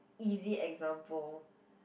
easy example